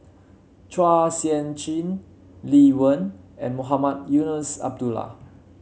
Chua Sian Chin Lee Wen and Mohamed Eunos Abdullah